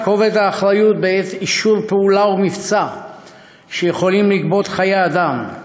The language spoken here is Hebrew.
כובד האחריות בעת אישור פעולה או מבצע שיכולים לגבות חיי אדם,